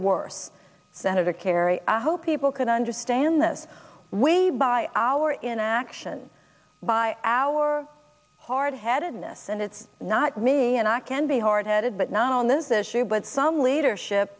worse senator kerry i hope people can understand this we buy our inaction by our hard headedness and it's not me and i can be hard headed but not on this issue but some leadership